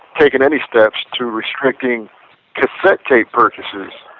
taken any steps to restricting cassette tape purchases.